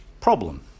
Problem